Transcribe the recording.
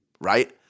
right